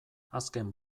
azken